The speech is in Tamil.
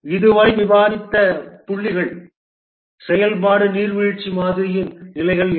இதுவரை விவாதித்த புள்ளிகள் செயல்பாட்டு நீர்வீழ்ச்சி மாதிரியின் நிலைகள் என்ன